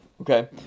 Okay